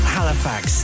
Halifax